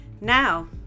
Now